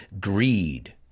greed